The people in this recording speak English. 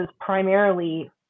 primarily